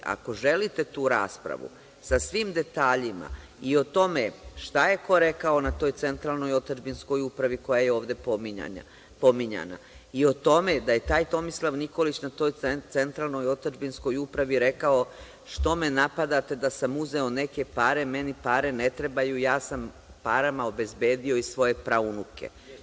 Ako želite tu raspravu, sa svim detaljima, i o tome šta je ko rekao na toj Centralnoj otadžbinskoj upravi koja je ovde pominjana i o tome da je taj Tomislav Nikolić na toj Centralnoj otadžbinskoj upravi rekao – što me napadate da sam uzeo neke pare, meni pare ne trebaju, ja sam parama obezbedio i svoje praunuke.